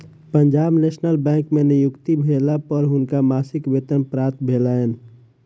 Punjab National Bank में नियुक्ति भेला पर हुनका मासिक वेतन प्राप्त भेलैन